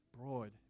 broad